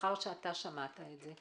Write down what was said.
לאחר שאתה שמעת את זה,